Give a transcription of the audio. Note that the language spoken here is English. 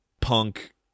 punk